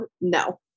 No